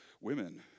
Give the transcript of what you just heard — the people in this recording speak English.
women